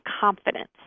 confidence